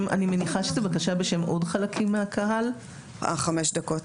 5 דקות